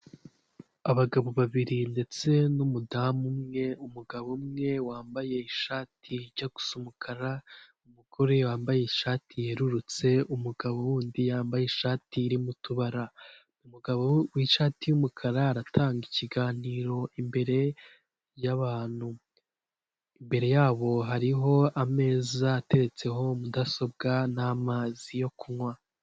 Abagabo babiri ndetse n'umudamu umwe, umugabo umwe wambaye ishati ijya gusa umukara, umugore wambaye ishati yerurutse umugabo w'undi yambaye ishati irimo utubara, umugabo w'ishati y'umukara aratanga ikiganiro imbere y'abantu, imbere y'abo hariho ameza ateretseho mudasobwa n'mazi yo kunywa.